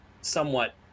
somewhat